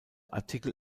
artikel